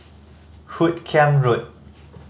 Hoot Kiam Road